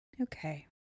Okay